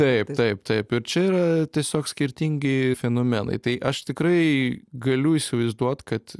taip taip taip ir čia yra tiesiog skirtingi fenomenai tai aš tikrai galiu įsivaizduot kad